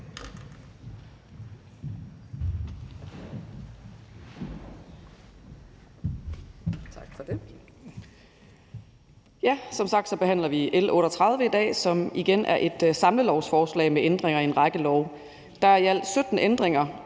Tak for det.